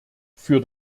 für